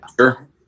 Sure